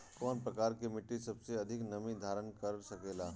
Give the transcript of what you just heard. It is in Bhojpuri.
कौन प्रकार की मिट्टी सबसे अधिक नमी धारण कर सकेला?